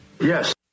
Yes